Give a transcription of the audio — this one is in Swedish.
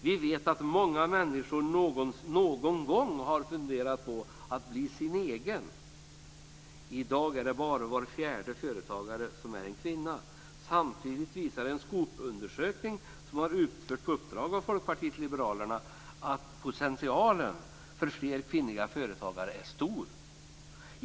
Vi vet att många människor någon gång har funderat på att bli "sin egen". I dag är det bara var fjärde företagare som är en kvinna. Samtidigt visar en Skop-undersökning, som har utförts på uppdrag av Folkpartiet liberalerna, att potentialen för fler kvinnliga företagare är stor.